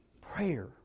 Prayer